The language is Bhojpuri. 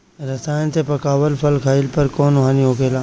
रसायन से पकावल फल खइला पर कौन हानि होखेला?